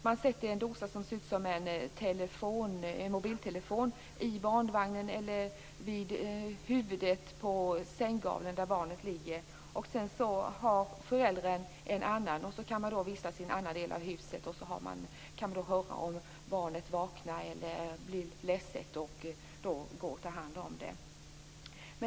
Man sätter en dosa, liknande en mobiltelefon, i barnvagnen eller vid huvudänden av barnets säng, och föräldern har också en. Sedan kan föräldern vistas i en annan del av huset och ändå höra om barnet vaknar eller blir ledset och då gå och ta hand om det.